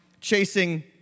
chasing